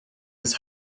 his